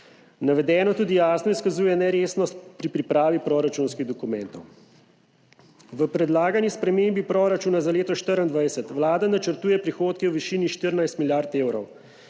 Navedeno tudi jasno izkazuje neresnost pri pripravi proračunskih dokumentov. V predlagani spremembi proračuna za leto 2024 vlada načrtuje prihodke v višini 14 milijard evrov.